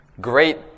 Great